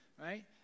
right